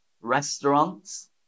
restaurants